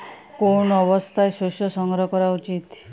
কোন অবস্থায় শস্য সংগ্রহ করা উচিৎ?